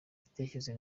gitekerezo